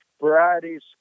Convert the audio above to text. varieties